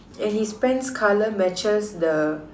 and his pants colour matches the